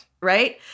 right